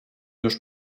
już